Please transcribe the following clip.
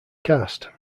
cast